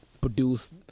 produce